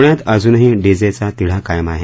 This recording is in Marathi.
पुण्यात अजूनही डीजेचा तिढा कायम आहे